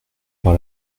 par